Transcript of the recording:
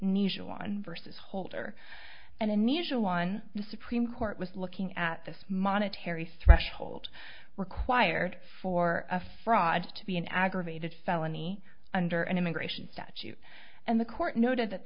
nisha one versus holder and unusual on the supreme court was looking at the monetary thresholds required for a fraud to be an aggravated felony under an immigration statute and the court noted that